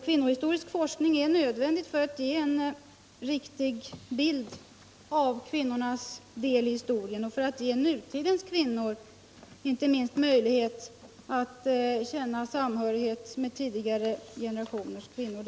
Kvinnohistorisk forskning är nödvändig för att ge en riktig bild av kvinnornas del i historien — och för att inte minst ge nutidens kvinnor möjlighet att känna samhörighet med tidigare generationers kvinnor.